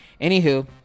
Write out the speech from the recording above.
anywho